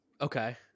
Okay